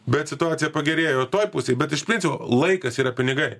bet situacija pagerėjo toj pusėj bet iš principo laikas yra pinigai